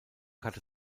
hatte